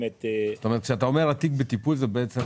כשאתה אומר התיק בטיפול, בעצם